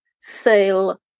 sale